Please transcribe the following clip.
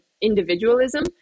individualism